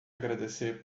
agradecer